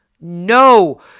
No